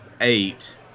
Eight